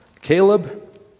Caleb